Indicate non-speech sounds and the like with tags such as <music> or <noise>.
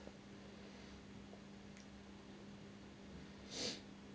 <breath>